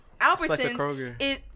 Albertsons